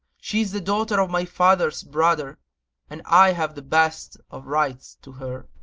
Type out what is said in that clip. she is the daughter of my father's brother and i have the best of rights to her.